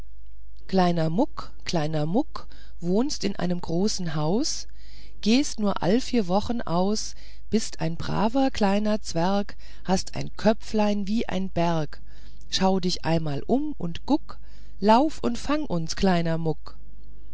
kleiner muck kleiner muck wohnst in einem großen haus gehst nur all vier wochen aus bist ein braver kleiner zwerg hast ein köpflein wie ein berg schau dich einmal um und guck lauf und fang uns kleiner muck